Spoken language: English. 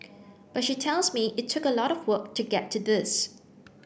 but she tells me it took a lot of work to get to this